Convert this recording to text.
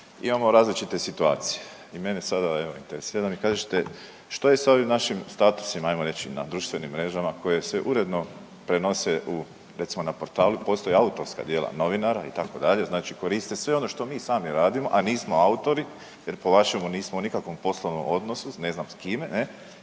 imamo različite situacije. I mene sada evo interesira da mi kažete što je s ovim našim statusima ajmo reći na društvenim mrežama koje se uredno prenose u recimo na portalu postoje autorska djela novinara itd., znači koriste sve ono što mi sami radimo, a nismo autori jer po vašemu nismo u nikakvom poslovnom odnosu ne znam s kime i